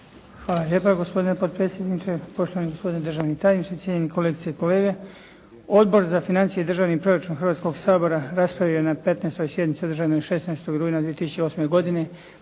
Hvala lijepa gospodine potpredsjedniče, poštovani gospodine državni tajniče, cijenjeni kolegice i kolege. Odbor za financije i državni proračun Hrvatskoga sabora raspravio je na 15. sjednici održanoj 16. rujna 2008. godine